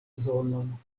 zonon